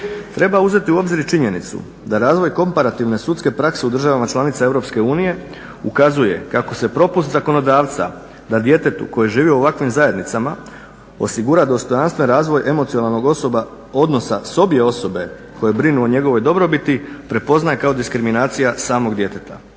Treba uzeti u obzir i činjenicu da razvoj komparativne sudske prakse u državama članica EU ukazuje kako se propust zakonodavca da djetetu koji živi u ovakvim zajednicama osigura dostojanstvene razvoj emocionalnog odnosa s obje osobe koje brinu o njegovoj dobrobiti prepoznaje kao diskriminacija samog djeteta.